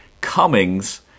Cummings